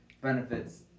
benefits